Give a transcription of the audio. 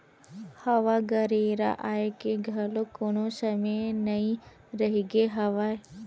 हवा गरेरा आए के घलोक कोनो समे नइ रहिगे हवय